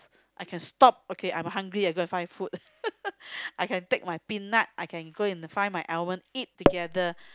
I can stop okay I am hungry I go and find food I can take my peanut I can go and find my almond eat together